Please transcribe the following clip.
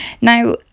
now